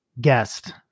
guest